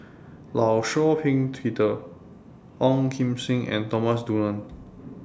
law Shau Ping Peter Ong Kim Seng and Thomas Dunman